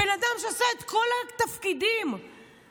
בן אדם שעשה את כל התפקידים במשטרה,